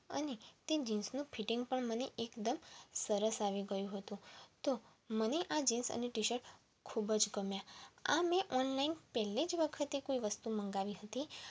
અને તે જીન્સનું ફિટિંગ પણ મને એકદમ સરસ આવી ગયું હતું તો મને આ જીન્સ અને ટીશર્ટ ખૂબ જ ગમ્યાં આ મેં ઓનલાઈન પહેલી જ વખતે કોઈ વસ્તુ મગાવી હતી